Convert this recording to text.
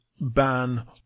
ban